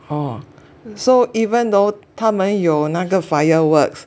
hor so even though 他们有那个 fireworks